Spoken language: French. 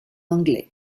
anglais